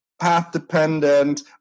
path-dependent